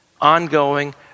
ongoing